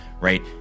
right